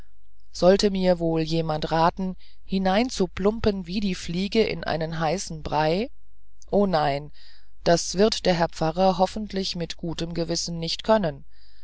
sollte mir wohl jemand raten hineinzuplumpen wie die fliege in einen heißen brei o nein das wird der herr pfarrer verhoffentlich mit gutem gewissen nicht tun können